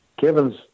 Kevin's